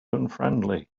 unfriendly